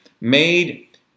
made